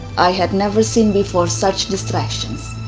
i had never seen before such destructions.